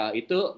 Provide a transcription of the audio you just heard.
itu